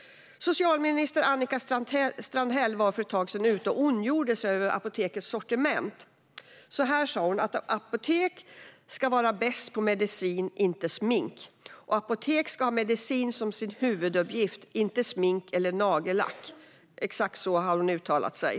Socialminister Annika Strandhäll var för ett tag sedan ute och ondgjorde sig över apotekets sortiment. Så här skrev hon: "Apoteken ska vara bäst på medicin - inte smink." Hon skrev också att apotek ska ha medicin som sin huvuduppgift, inte smink eller nagellack. Exakt så har hon uttalat sig.